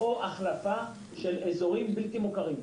או החלפה של אזורים בלתי מוכרים.